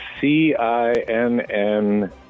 C-I-N-N